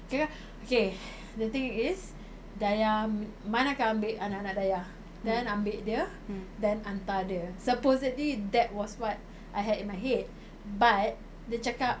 kira K the thing is dayah man akan ambil anak-anak dayah then ambil dia then hantar dia supposedly that was what I had in my head but dia cakap